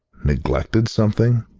neglected something?